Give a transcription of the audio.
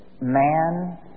man